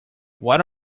what